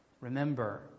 Remember